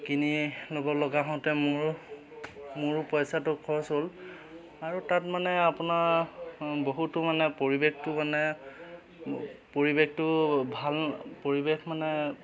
কিনি ল'ব লগা হওঁতে মোৰো মোৰো পইচাটো খৰচ হ'ল আৰু তাত মানে আপোনাৰ বহুতো মানে পৰিৱেশটো মানে পৰিৱেশটো ভাল পৰিৱেশ মানে